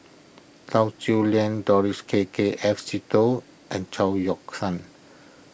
Lau Siew Lang Doris K K F Seetoh and Chao Yoke San